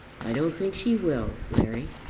i don't think she will, larry.